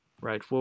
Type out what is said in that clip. Right